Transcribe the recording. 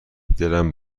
دلم